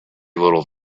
little